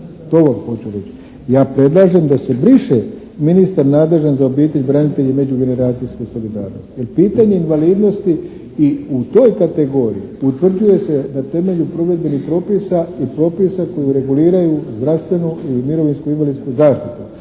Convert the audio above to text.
to hoću reći. Ja predlažem da se briše ministar nadležan za obitelj, branitelje i međugeneracijsku solidarnost jer pitanje invalidnosti i u toj kategoriji utvrđuje se na temelju provedbenih propisa i propisa koji ureguliraju zdravstvenu ili mirovinsku invalidsku zaštitu,